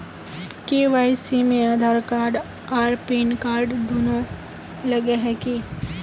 KYC में Aadhaar card आर pan card दुनू लगे है की?